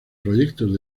proyectos